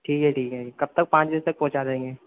ठीक है ठीक है कब तक पाँच बजे तक पहुँचा देंगे